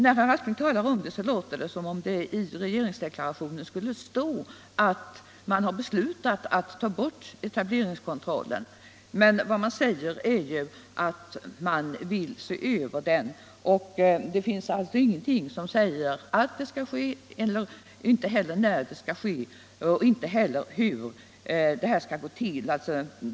När herr Aspling talar om detta låter det som om det i regeringsdeklarationen skulle stå att man har bestutat att ta bort etableringskontrollen. Men vad som sägs är att man vill se över denna. Det finns alltså ingenting som säger att den skulle tas bort eller när det skulle ske och inte heller hur det skall gå till.